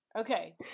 okay